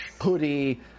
hoodie